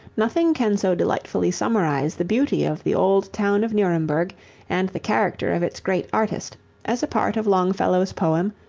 nothing can so delightfully summarize the beauty of the old town of nuremberg and the character of its great artist as a part of longfellow's poem,